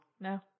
No